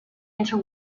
inter